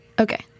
Okay